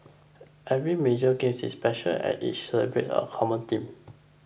every major games is special and each celebrates a common theme